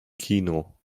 kino